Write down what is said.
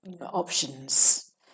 options